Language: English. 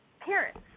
parents